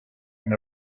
and